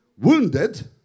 Wounded